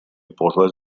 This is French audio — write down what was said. bourgeoise